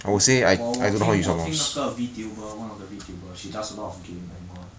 我我听我听那个 V_Tuber one of the V_Tuber she does a lot of gaming [one]